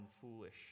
foolish